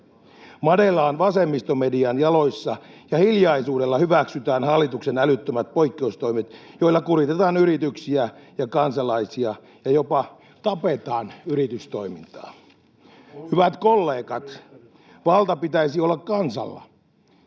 madellaan vasemmistomedian jaloissa ja hiljaisuudella hyväksytään hallituksen älyttömät poikkeustoimet, joilla kuritetaan yrityksiä ja kansalaisia ja jopa tapetaan yritystoimintaa. Hyvät kollegat, vallan pitäisi olla kansalla.